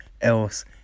else